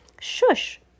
Shush